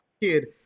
kid